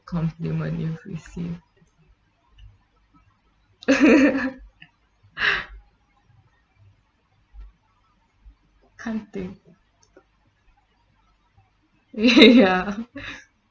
complement you received can't think ya